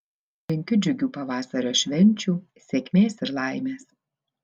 linkiu džiugių pavasario švenčių sėkmės ir laimės